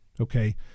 okay